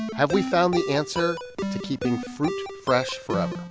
have we found the answer to keeping fruit fresh forever?